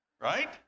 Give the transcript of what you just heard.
Right